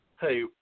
Hey